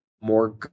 more